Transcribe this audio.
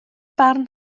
barn